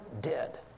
dead